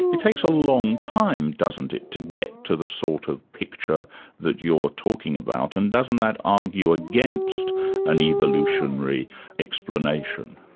it takes a long time, doesn't it, to get to the sort of picture that you're talking about, and doesn't that argue against an evolutionary explanation?